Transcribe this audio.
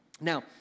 Now